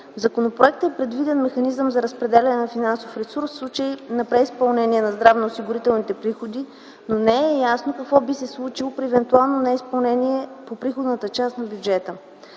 В законопроекта е предвиден механизъм за разпределяне на финансовия ресурс, в случай на преизпълнение на здравноосигурителните приходи, но не е ясно какво би се случило при евентуално неизпълнение по приходната част на бюджета.